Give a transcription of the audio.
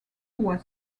was